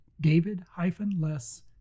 david-less